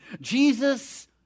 Jesus